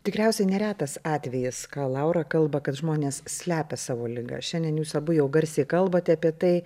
tikriausiai neretas atvejis ką laura kalba kad žmonės slepia savo ligą šiandien jūs abu jau garsiai kalbate apie tai